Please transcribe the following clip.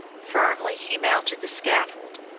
firmly he mounted the scaffold.